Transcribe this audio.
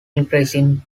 increasing